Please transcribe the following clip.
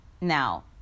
now